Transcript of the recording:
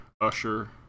Usher